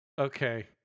Okay